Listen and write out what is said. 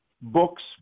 books